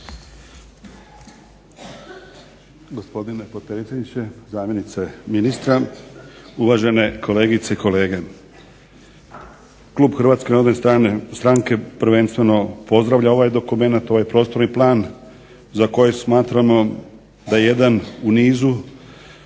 Gospodine potpredsjedniče, zamjenice ministra, uvažene kolegice i kolege. Klub HNS-a prvenstveno pozdravlja ovaj prostorni plan za kojeg smatramo da je jedan u nizu